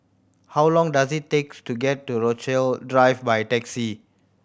how long does it takes to get to Rochalie Drive by taxi